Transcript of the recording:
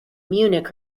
munich